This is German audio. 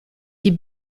die